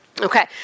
Okay